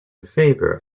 favour